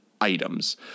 items